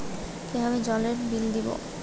কিভাবে জলের বিল দেবো?